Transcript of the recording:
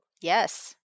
yes